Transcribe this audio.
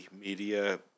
media